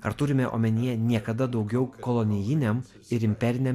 ar turime omenyje niekada daugiau kolonijiniam ir imperiniam